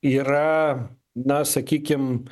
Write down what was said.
yra na sakykim